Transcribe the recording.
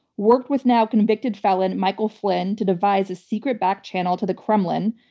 worked with now convicted felon michael flynn to devise a secret back channel to the kremlin,